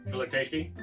look tasty?